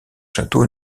château